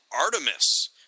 Artemis